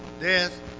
death